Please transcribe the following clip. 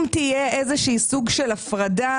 אם יהיה איזשהו סוג של הפרדה,